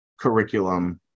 curriculum